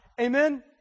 Amen